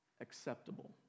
acceptable